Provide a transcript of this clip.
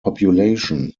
population